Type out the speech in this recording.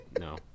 no